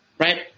Right